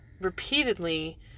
repeatedly